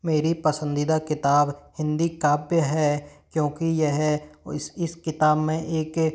मेरी पसंदीदा किताब हिंदी काव्य है क्योंकि यह है इस इस किताब में एक